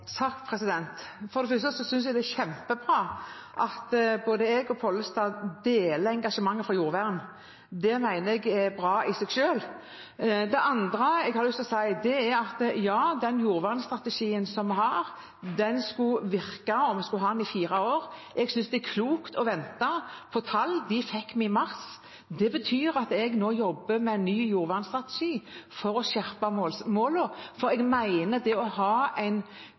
For det første synes jeg det kjempebra at jeg og Pollestad deler engasjementet for jordvern. Det mener jeg er bra i seg selv. Det andre jeg har lyst til å si, er at den jordvernstrategien som vi har, skulle virke, vi skulle ha den, i fire år. Jeg synes det er klokt å vente på tall. De fikk vi i mars. Det betyr at jeg nå jobber med ny jordvernstrategi for å skjerpe målene, for jeg mener at det å ha en